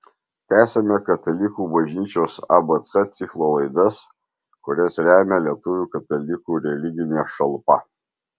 tęsiame katalikų bažnyčios abc ciklo laidas kurias remia lietuvių katalikų religinė šalpa